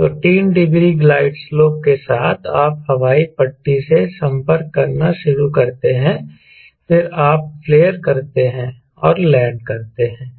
तो 3 degree glide slope के साथ आप हवाई पट्टी से संपर्क करना शुरू करते हैं फिर आप फ्लेयर करते हैं और लैंड करते हैं